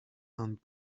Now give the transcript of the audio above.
and